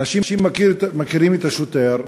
אנשים מכירים את השוטר,